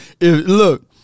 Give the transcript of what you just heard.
look